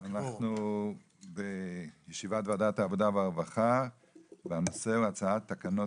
אנחנו בישיבת ועדת העבודה והרווחה והנושא הוא הצעת תקנות